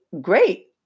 great